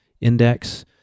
Index